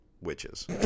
witches